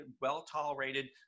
well-tolerated